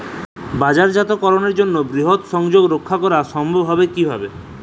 বাজারজাতকরণের জন্য বৃহৎ সংযোগ রক্ষা করা সম্ভব হবে কিভাবে?